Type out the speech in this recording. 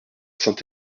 saint